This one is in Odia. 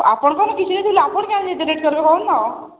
ଆପଣ କ'ଣ କିଛି ଆପଣ କାହିଁକି ରେଟ୍ କରିବେ କହନ୍ତୁ ଆଉ